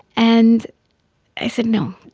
and i said, no,